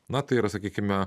na tai yra sakykime